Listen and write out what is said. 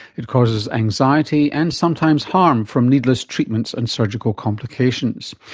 it causes anxiety and sometimes harm from needless treatments and surgical complications.